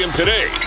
today